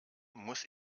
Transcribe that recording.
muss